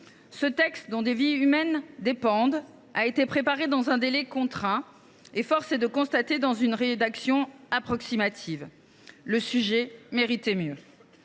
Ce texte dont des vies humaines dépendent a été préparé dans un délai contraint ; force est de constater que cela a produit une rédaction approximative. Le sujet méritait mieux